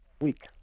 week